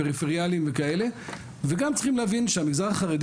פריפריילים וכאלה וגם צריכים להבין שהמגזר החרדי